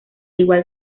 igual